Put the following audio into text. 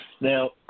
Now